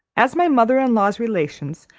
as my mother-in-law's relations,